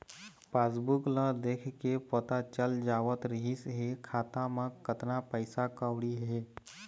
passbook ल देखके पता चल जावत रिहिस हे खाता म कतना पइसा कउड़ी हे